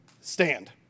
stand